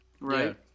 right